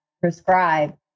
prescribe